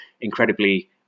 incredibly